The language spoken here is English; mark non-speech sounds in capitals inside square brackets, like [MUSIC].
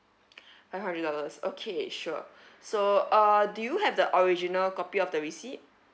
[BREATH] five hundred dollars okay sure so uh do you have the original copy of the receipt